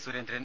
Surendran